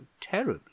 terribly